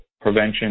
prevention